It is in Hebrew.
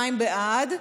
22 בעד,